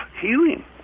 healing